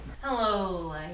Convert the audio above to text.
Hello